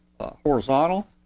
horizontal